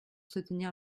soutenir